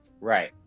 Right